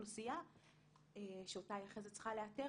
באוכלוסייה שאותה הן אחרי כן צריכות לאתר,